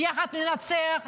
ביחד ננצח.